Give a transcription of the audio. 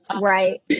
Right